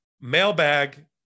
mailbag